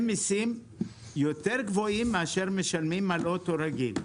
מסים יותר גבוהים מאשר משלמים על אוטו רגיל.